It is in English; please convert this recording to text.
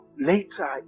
later